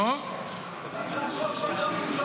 זו הצעת חוק שאתה אמור להיות בעדה.